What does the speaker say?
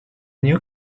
new